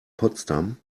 potsdam